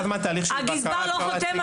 כך שאם הגזבר לא חותם,